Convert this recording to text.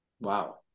Wow